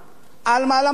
על המזון,